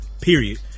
period